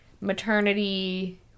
maternity